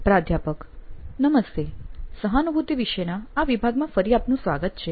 પ્રાધ્યાપક નમસ્તે સહાનુભતિ વિશેના આ વિભાગમાં ફરી આપનું સ્વાગત છે